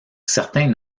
certains